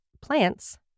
Plants